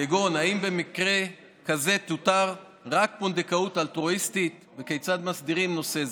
כגון אם במקרה כזה תותר רק פונדקאות אלטרואיסטית וכיצד מסדירים נושא זה.